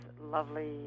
lovely